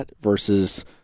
versus